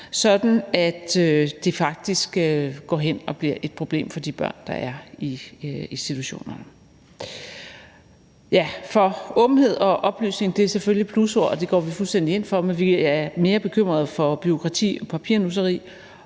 går hen og bliver et problem for de børn, der er i institutionerne. Åbenhed og oplysninger er selvfølgelig plusord, og det går vi fuldstændig ind for, men vi er mere bekymrede for bureaukrati og papirnusseri